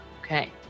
Okay